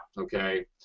Okay